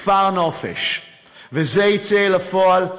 כפר נופש וזה יצא אל הפועל,